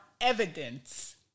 evidence